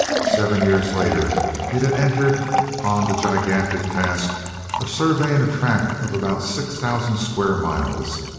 seven years later it had entered on the gigantic task of surveying a tract of about six thousand square miles,